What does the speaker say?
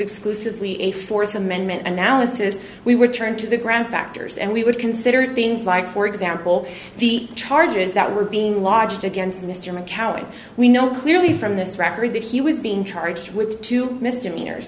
exclusively a th amendment analysis we were turned to the ground factors and we would consider things like for example the charges that were being lodged against mr mccowen we know clearly from this record that he was being charged with two misdemeanors